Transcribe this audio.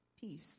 peace